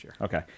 Okay